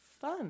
fun